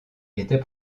était